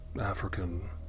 African